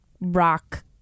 rock